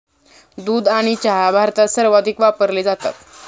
दूध आणि चहा भारतात सर्वाधिक वापरले जातात